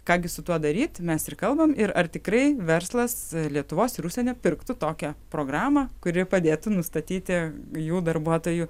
ką gi su tuo daryt mes ir kalbam ir ar tikrai verslas lietuvos ir užsienio pirktų tokią programą kuri padėtų nustatyti jų darbuotojų